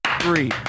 three